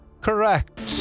correct